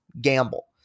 gamble